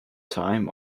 time